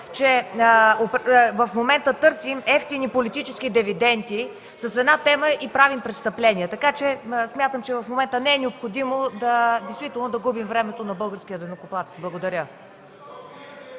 че в момента търсим евтини политически дивиденти с една тема и правим престъпление. Смятам, че в момента не е необходимо да губим времето на българския данъкоплатец. Благодаря.